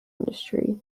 industry